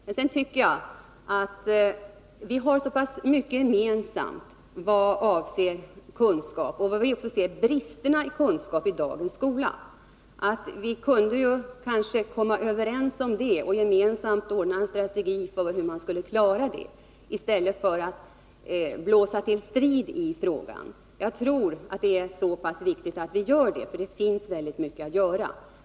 Sedan tycker jag att vi har så pass mycket gemensamt vad avser kunskap och brister i kunskap i dagens skola att vi borde kunna komma överens om det och eftersträva en gemensam strategi för hur man skall klara problemet i stället för att blåsa till strid i frågan. Jag tror det är viktigt för det finns mycket att göra.